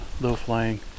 low-flying